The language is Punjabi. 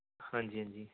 ਹਾਂਜੀ ਹਾਂਜੀ